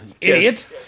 idiot